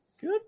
Good